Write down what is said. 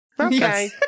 okay